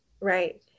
Right